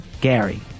Gary